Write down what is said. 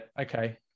Okay